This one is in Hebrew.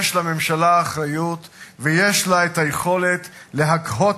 בישראל מושלת